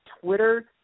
Twitter